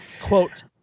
Quote